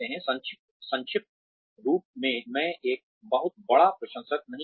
संक्षिप्त रूप मे मैं एक बहुत बड़ा प्रशंसक नहीं हूं